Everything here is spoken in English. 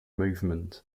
movement